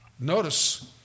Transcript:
Notice